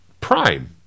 Prime